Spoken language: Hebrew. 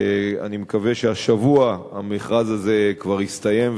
ואני מקווה שהשבוע המכרז הזה כבר יסתיים,